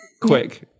Quick